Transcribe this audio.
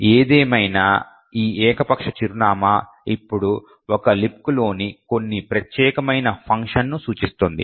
ఏదేమైనా ఈ ఏకపక్ష చిరునామా ఇప్పుడు ఒక లిబ్క్లోని కొన్ని ప్రత్యేకమైన ఫంక్షన్ ను సూచిస్తుంది